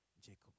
Jacob